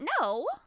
No